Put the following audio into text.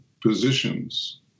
positions